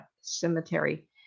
Cemetery